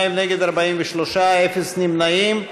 בעד, 32, נגד, 43, אין נמנעים.